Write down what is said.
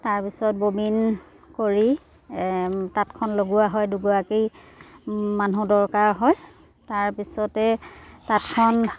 তাৰপিছত ববিন কৰি তাঁতখন লগোৱা হয় দুগৰাকী মানুহ দৰকাৰ হয় তাৰপিছতে তাঁতখন